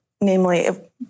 namely